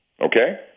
okay